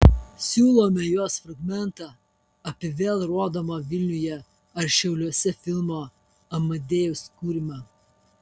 siūlome jos fragmentą apie vėl rodomo vilniuje ir šiauliuose filmo amadeus kūrimą